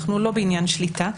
אנחנו לא בעניין שליטה.